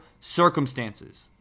circumstances